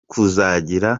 kuzagira